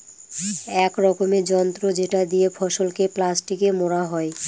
এক রকমের যন্ত্র যেটা দিয়ে ফসলকে প্লাস্টিকে মোড়া হয়